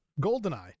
Goldeneye